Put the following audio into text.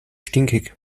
stinkig